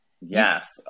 Yes